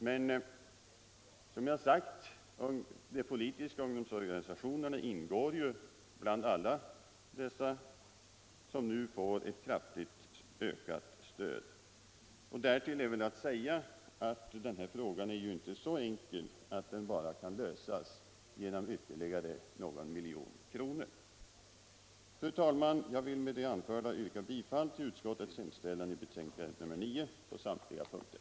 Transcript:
Men som jag sagt ingår ju de politiska ungdomsorganisationerna bland de organisationer som nu får ett kraftigt ökat stöd. Därtill är att säga att den här frågan inte är så enkel att den kan lösas bara genom ytterligare någon miljon kronor i anslag. Herr talman! Jag ber med det anförda att få yrka bifall till kulturutskottets hemställan i betänkande nr 9 på samtliga punkter.